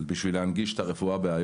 ושומרון בשביל להנגיש את הרפואה שם.